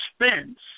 expense